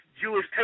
Jewish